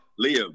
Liam